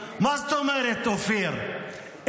מה זאת אומרת, אופיר?